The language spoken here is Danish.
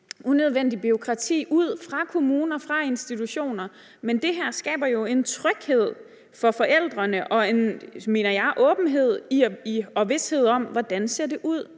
unødvendigt bureaukrati ud fra kommunerne og fra institutionerne. Men det her skaber jo en tryghed for forældrene og en, mener jeg, åbenhed og vished om, hvordan det ser ud